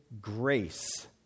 Grace